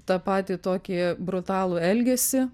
tą patį tokį brutalų elgesį